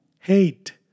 hate